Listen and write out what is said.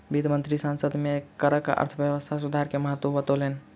वित्त मंत्री संसद में करक अर्थव्यवस्था सुधार के महत्त्व बतौलैन